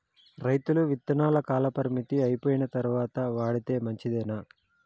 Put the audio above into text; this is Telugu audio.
రైతులు విత్తనాల కాలపరిమితి అయిపోయిన తరువాత వాడితే మంచిదేనా?